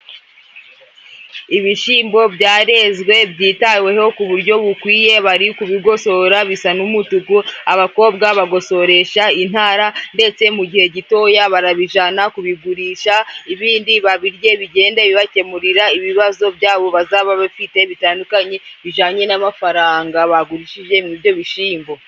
Ibishimbo byarezwe, byitaweho ku buryo bukwiye, bari kubigosora, bisa n'umutuku. Abakobwa bagosoresha intara, ndetse mu gihe gitoya barabijyana kubigurisha, ibindi babirye. Bigende bibakemurira ibibazo byabo bazaba bafite bitandukanye, bijanye n'amafaranga bagurishije mw'ibyo bishimbo.